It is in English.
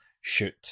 shoot